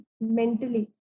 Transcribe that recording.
mentally